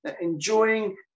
enjoying